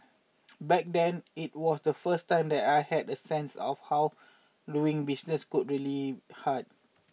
back then it was the first time that I had a sense of how doing business could be really hard